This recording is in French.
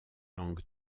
langue